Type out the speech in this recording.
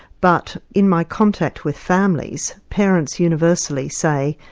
but in my contact with families, parents universally say,